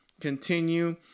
continue